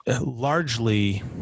largely